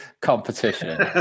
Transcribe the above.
competition